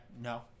No